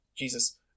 Jesus